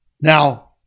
Now